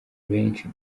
benshi